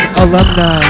alumni